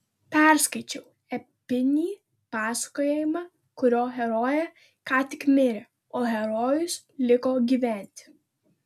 perskaičiau epinį pasakojimą kurio herojė ką tik mirė o herojus liko gyventi